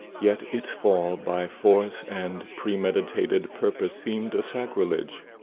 yet its fall by force and premeditated purpose seemed a sacrilege.